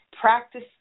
practice